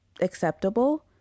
acceptable